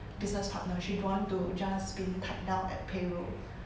business partnership don't want to just been tied down at payroll